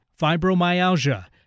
fibromyalgia